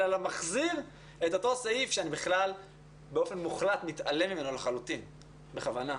אלא מחזיר את אותו סעיף שאני באופן מוחלט מתעלם ממנו לחלוטין בכוונה.